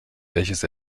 welches